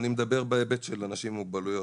אני מדבר בהיבט של אנשים עם מוגבלויות.